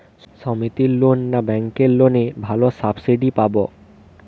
সমিতির লোন না ব্যাঙ্কের লোনে ভালো সাবসিডি পাব?